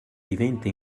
diventa